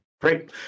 great